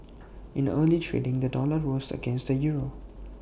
in early trading the dollar rose against the euro